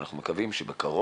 אנחנו מקווים שבקרוב